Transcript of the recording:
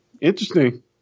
Interesting